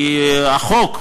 כי החוק,